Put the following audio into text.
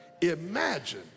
imagine